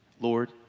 Lord